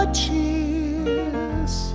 cheers